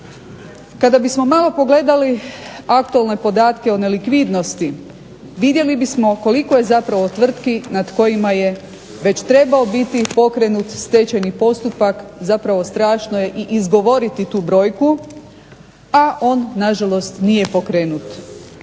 Kada bismo malo pogledali aktualne podatke o nelikvidnosti vidjeli bismo koliko je zapravo tvrtki nad kojima je već trebao biti pokrenut stečajni postupak zapravo strašno je i izgovoriti tu brojku, a on na žalost nije pokrenut.